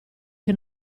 che